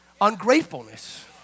ungratefulness